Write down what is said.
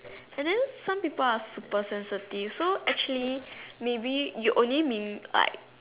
and then some people are super sensitive so actually maybe you only mean like